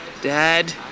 Dad